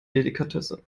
delikatesse